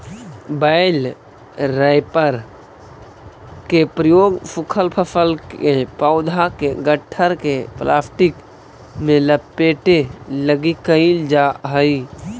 बेल wrapper के प्रयोग सूखल फसल के पौधा के गट्ठर के प्लास्टिक में लपेटे लगी कईल जा हई